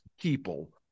people